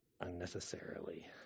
unnecessarily